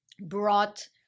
brought